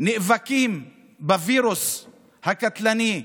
נאבקים בווירוס הקטלני,